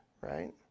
right